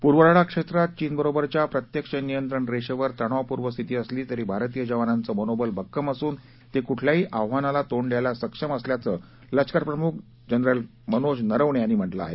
पूर्व लडाख क्षेत्रात चीनबरोबरच्या प्रत्यक्ष नियंत्रण रेषेवर तणावपूर्ण स्थिती असली तरी भारतीय जवानाचं मनोबल भक्कम असून ते कुठल्याही आव्हानाला तोंड द्यायला सक्षम असल्याचं लष्कर प्रमुख जनरल मनोज नरवणे यांनी म्हटलं आहे